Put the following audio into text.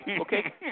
okay